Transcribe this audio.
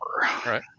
Right